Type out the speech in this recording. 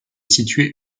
situé